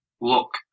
look